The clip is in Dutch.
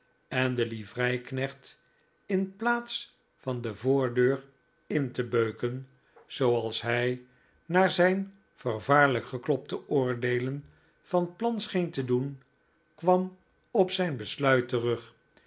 en de livrei knecht in plaats van de voordeur in te beuken zooals hij naar zijn vervaarlijk geklop te oordeelen van plan scheen te doen kwam op zijn besluit terug